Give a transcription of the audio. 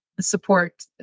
support